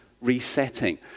resetting